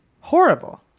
Horrible